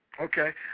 Okay